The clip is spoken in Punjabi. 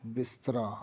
ਬਿਸਤਰਾ